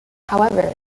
however